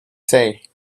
say